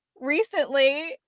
recently